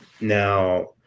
Now